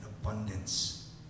abundance